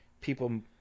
people